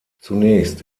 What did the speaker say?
zunächst